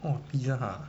!wah! Pizza Hut ah